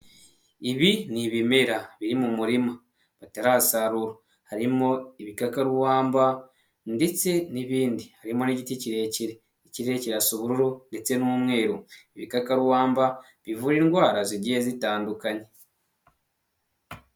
Ibi ni ibimera biri mu murima batasarura, harimo ibikakarubamba, ndetse n'ibindi harimo n'igiti kirekire. Ikirere kirasa ubururu ndetse n'umweru, ibikakarubamba bivura indwara zigiye zitandukanye.